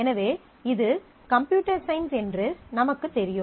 எனவே இது computer science என்று நமக்குத் தெரியும்